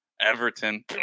Everton